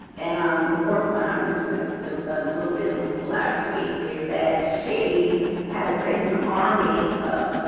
and on the fourth one. i mention this a little bit um ah last week is that she had to face an army of?